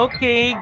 Okay